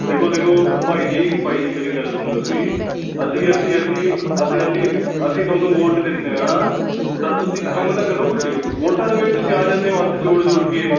ਦੇਖੋ ਦੇਖੋ ਭਾਈ ਜੀ ਭਾਈ ਜੀ ਮੇਰੀ ਗੱਲ ਸੁਣੋ ਤੁਸੀਂ ਅਸੀਂ ਅਸੀਂ ਅਸੀਂ ਅਸੀਂ ਅਸੀਂ ਅਸੀਂ ਤੁਹਾਨੂੰ ਵੋਟ ਦਿੱਤੇ ਆ ਤਾਂ ਤੁਸੀਂ ਕੰਮ ਤਾਂ ਕਰੋ ਕੁੱਛ ਵੋਟਾਂ ਦੇ ਵੇਲ਼ੇ ਤੁਸੀਂ ਆ ਜਾਂਦੇ ਹੋ ਹੱਥ ਜੋੜ ਜੋੜ ਕੇ